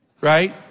right